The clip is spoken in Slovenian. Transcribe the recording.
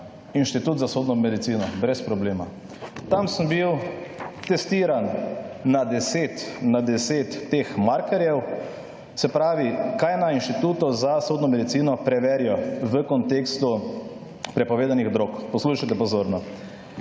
inštitut za sodno medicino, brez problema. Tam sem bil testiran na deset teh markerjev. Se pravi, kaj na inštitutu za sodni medicino preverijo, v kontekstu prepovedanih drog. Poslušajte pozorno.